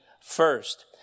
first